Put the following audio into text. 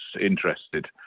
interested